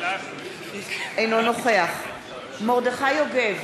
אינו נוכח מרדכי יוגב,